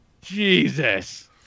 Jesus